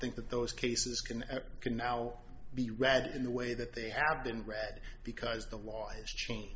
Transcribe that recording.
think that those cases can and can now be read in the way that they have been read because the law has changed